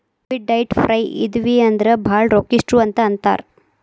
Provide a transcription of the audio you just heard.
debit ಡೈಟ್ ಫ್ರೇ ಇದಿವಿ ಅಂದ್ರ ಭಾಳ್ ರೊಕ್ಕಿಷ್ಟ್ರು ಅಂತ್ ಅಂತಾರ